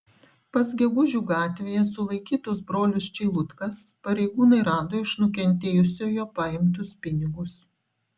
pas gegužių gatvėje sulaikytus brolius čeilutkas pareigūnai rado iš nukentėjusiojo paimtus pinigus